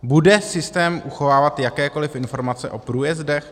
Bude systém uchovávat jakékoliv informace o průjezdech?